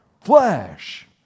flesh